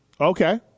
Okay